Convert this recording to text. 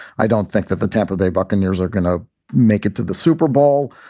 i don't think that the tampa bay buccaneers are going to make it to the super bowl.